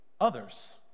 others